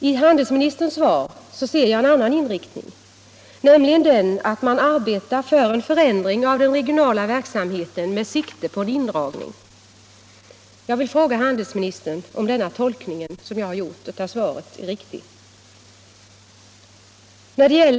I handelsministerns svar ser jag en annan inriktning, nämligen den att man arbetar för en förändring av den regionala verksamheten med sikte på en indragning. Jag vill fråga handelsministern om denna min tolkning av svaret är riktig.